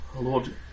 Lord